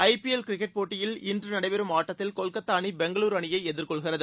IPL cricket போட்டியில் இன்று நடைபெறும் ஆட்டத்தில் கொல்கத்தா அணி பெங்களூரு அணியை எதிர்கொள்கிறது